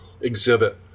exhibit